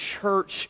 church